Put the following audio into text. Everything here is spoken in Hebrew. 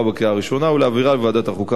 בקריאה הראשונה ולהעבירה לוועדת החוקה,